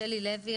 שלי לוי,